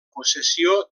possessió